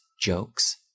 jokes